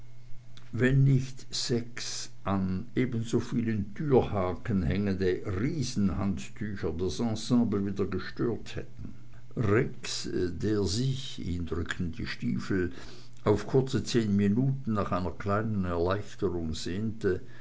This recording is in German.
wenn nicht sechs an ebenso vielen türhaken hängende riesenhandtücher das ensemble wieder gestört hätten rex der sich ihn drückten die stiefel auf kurze zehn minuten nach einer kleinen erleichterung sehnte